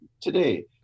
today